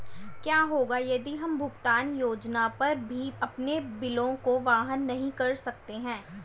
क्या होगा यदि हम भुगतान योजना पर भी अपने बिलों को वहन नहीं कर सकते हैं?